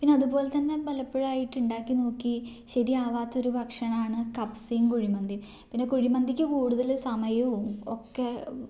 പിന്നെ അതുപോലെ തന്നെ പലപ്പോഴായിട്ടു ഉണ്ടാക്കി നോക്കി ശരിയാവാത്ത ഒരു ഭക്ഷണമാണ് കബ്സയും കുഴിമന്തിയും പിന്നെ കുഴിമന്തിക്ക് കൂടുതൽ സമയവും ഒക്കെ